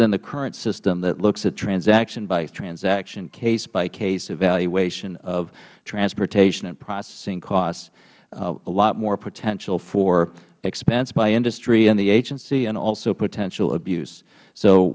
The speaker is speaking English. than the current system that looks at transactionbytransaction casebycase evaluation of transportation and processing costs a lot more potential for expense by industry and the agency and also potential abuse so